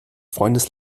freundes